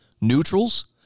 neutrals